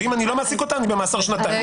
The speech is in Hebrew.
ואם אני לא מעסיק אותה, אני במאסר שנתיים.